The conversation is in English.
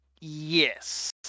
yes